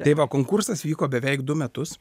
tai va konkursas vyko beveik du metus